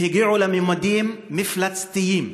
הם הגיעו לממדים מפלצתיים,